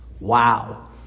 Wow